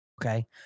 Okay